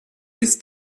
ist